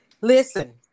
Listen